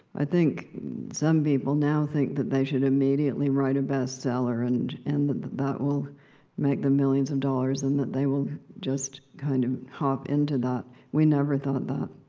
i think some people now think that they should immediately write a bestseller, and and that that will make them millions of dollars, and that they will just kind of hop into that. we never got that.